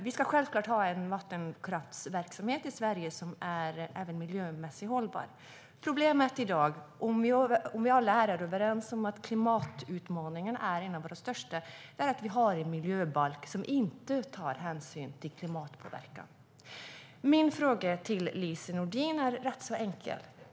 Vi ska självklart ha en vattenkraftsverksamhet i Sverige som är även miljömässigt hållbar. Problemet i dag, om vi alla här är överens om att klimatutmaningen är en av våra största, är att vi har en miljöbalk som inte tar hänsyn till klimatpåverkan. Min fråga till Lise Nordin är rätt enkel.